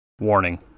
warning